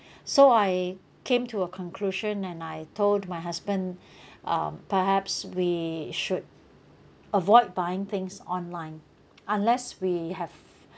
so I came to a conclusion and I told my husband um perhaps we should avoid buying things online unless we have